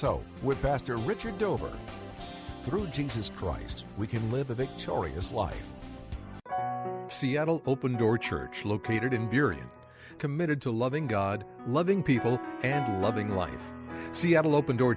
so with pastor richard over through jesus christ we can live a victorious life seattle open door church located in during committed to loving god loving people and loving life seattle open door